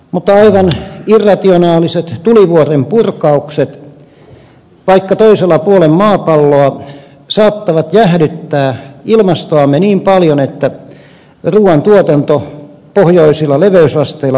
mutta aivan irrationaaliset tulivuorenpurkaukset vaikka toisella puolen maapalloa saattavat jäähdyttää ilmastoamme niin paljon että ruuantuotanto pohjoisilla leveysasteilla vaikeutuu